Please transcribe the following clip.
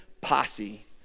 Posse